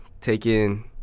Taking